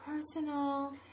Personal